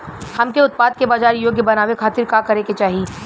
हमके उत्पाद के बाजार योग्य बनावे खातिर का करे के चाहीं?